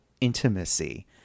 intimacy